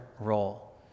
role